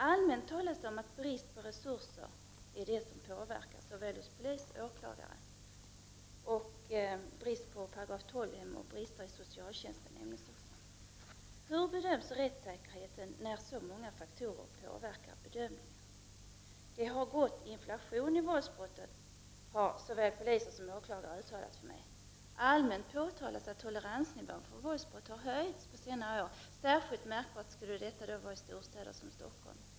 Allmänt talas det om att det är brist på resurser som påverkar bedömningarna hos såväl polisen som åklagare, § 12-hem och socialtjänst m.m. Hur bedöms rättssäkerheten när så många faktorer påverkar bedömningen? Att det har gått inflation i våldsbrott har såväl poliser som åklagare uttalat för mig. Allmänt påtalas att toleransnivån för våldsbrott har höjts på senare år. Särskilt märkbart skall detta vara i storstäder, t.ex. Stockholm.